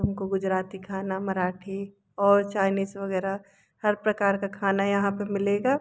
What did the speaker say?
तुमको गुजरती खाना मराठी और चाइनीज वग़ैरह हर प्रकार का खाना यहाँ पर मिलेगा